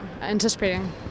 anticipating